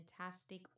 fantastic